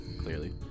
clearly